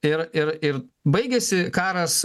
ir ir ir baigėsi karas